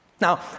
Now